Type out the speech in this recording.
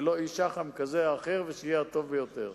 ולא איש שח"ם כזה או אחר, ושיהיה הטוב ביותר.